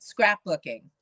scrapbooking